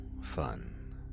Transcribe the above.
fun